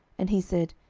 and he said,